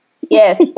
Yes